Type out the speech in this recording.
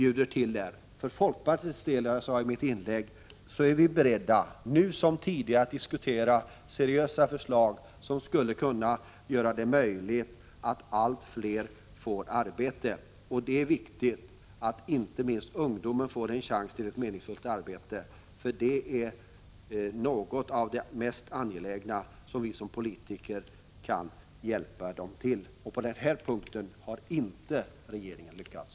Från folkpartiets sida är vi nu som tidigare beredda att diskutera seriösa förslag som skulle kunna göra det möjligt för allt fler att få arbete, och det är viktigt att inte minst ungdomen får en chans till ett meningsfullt arbete. Det är något av det mest angelägna som vi som politiker kan hjälpa dem till. På den punkten har regeringen inte lyckats.